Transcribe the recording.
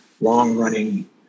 long-running